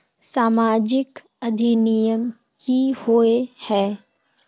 सामाजिक अधिनियम की होय है?